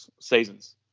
seasons